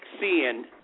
seeing